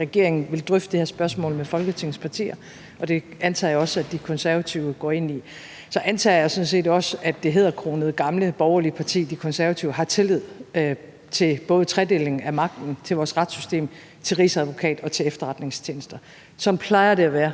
regeringen vil drøfte det her spørgsmål med Folketingets partier, og det antager jeg også at De Konservative går ind i. Så antager jeg sådan set også, at det hæderkronede gamle borgerlige parti De Konservative har tillid til både tredelingen af magten, til vores retssystem, til Rigsadvokaten og til efterretningstjenester. Sådan plejer det at være.